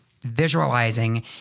visualizing